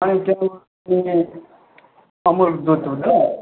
अनि अमुल दुध हुन्छ